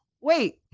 wait